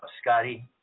Scotty